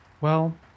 Well